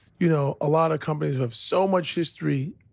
you know, a lot of companies have so much history,